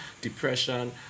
depression